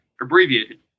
abbreviated